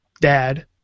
dad